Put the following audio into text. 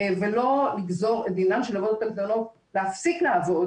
ולא לגזור את דינן של הוועדות הקטנות להפסיק לעבוד